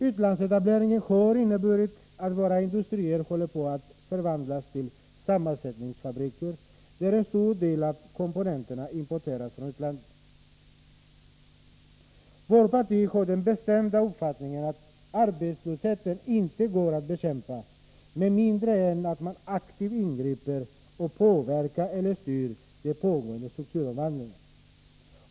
Utlandsetableringen har inneburit att våra industrier håller på 127 att förvandlas till sammansättningsfabriker, där en stor del av komponenterna importeras från utlandet. Vårt parti har den bestämda uppfattningen att arbetslösheten inte går att bekämpa med mindre än att man aktivt ingriper och påverkar eller styr den pågående strukturomvandlingen.